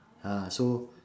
ah so